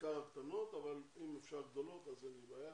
בעיקר הקטנות אבל אם אפשר גדולות אז אין לי בעיה,